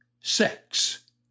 sex